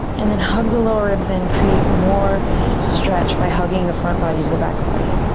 and then hug the lower ribs in, create more stretch by hugging the front body to the back body.